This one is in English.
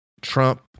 Trump